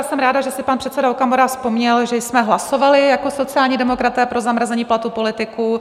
Jsem ráda, že si pan předseda Okamura vzpomněl, že jsme hlasovali jako sociální demokraté pro zamrazení platů politiků.